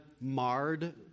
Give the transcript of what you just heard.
marred